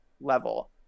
level